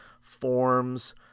forms